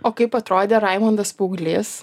o kaip atrodė raimundas paauglys